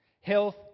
Health